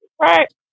right